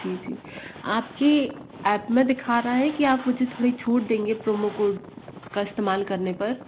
जी जी आपके ऐप में दिख रहा है कि आप मुझे थोड़ी छूट देंगे प्रोमो कोड इस्तेमाल करने पर